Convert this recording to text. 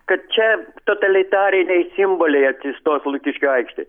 kad čia totalitariniai simboliai atsistos lukiškių aikštėj